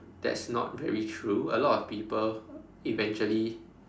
that's not very true a lot of people eventually